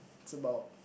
it's about